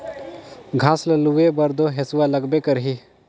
घास ल लूए बर तो हेसुआ लगबे करही